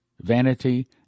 vanity